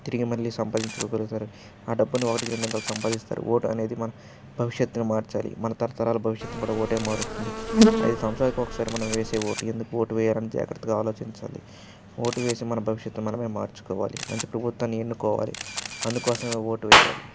తిరిగి మళ్ళీ సంపాదించుకోగలుగుతారు ఆ డబ్బుని ఒకటికి రెండింతలు సంపాదిస్తారు ఓటు అనేది మన భవిష్యత్తును మార్చాలి మన తరతరాాల భవిష్యత్తుని కూడా ఓటే మారుస్తుంది ఐదు సంవత్సరాలకి ఒకసారి మనం వేసే ఓటు ఎందుకు ఓటు వేయాలని జాగ్రత్తగా ఆలోచించాలి ఓటు వేసి మన భవిష్యత్తును మనమే మార్చుకోవాలి మంచి ప్రభుత్వాన్ని ఎన్నుకోవాలి అందుకోసమే ఓటు వేయాలి